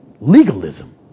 Legalism